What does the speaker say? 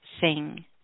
sing